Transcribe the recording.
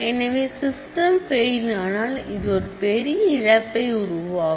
எனவே சிஸ்டம் பெயிலானால் இது ஒரு பெரிய இழப்பை உருவாக்கும்